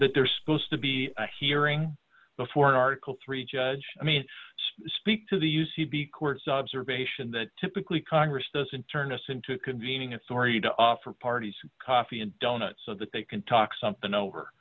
that they're supposed to be a hearing before an article three judge i mean speak to the u c b court's observation that typically congress doesn't turn us into convening authority to offer parties coffee and donuts so that they can talk something over